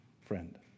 friend